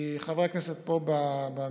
כי חברי כנסת פה במשכן,